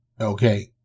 Okay